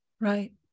right